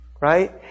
Right